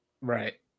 Right